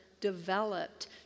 developed